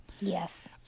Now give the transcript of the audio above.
yes